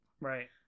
Right